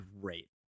great